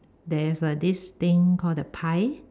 there is a this thing called the pie